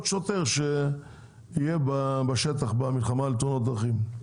שוטר שיהיה בשטח במלחמה בתאונות הדרכים.